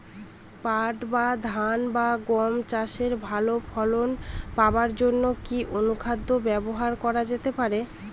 পাট বা ধান বা গম চাষে ভালো ফলন পাবার জন কি অনুখাদ্য ব্যবহার করা যেতে পারে?